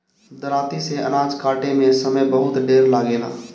दराँती से अनाज काटे में समय बहुत ढेर लागेला